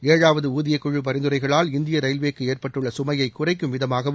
ஏழாவது ஊதியக்குழு பரிந்துரைகளால் இந்திய ரயில்வேக்கு ஏற்பட்டுள்ள சுமையைக் குறைக்கும் விதமாகவும்